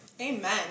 Amen